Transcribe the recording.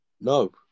No